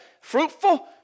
fruitful